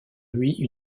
lui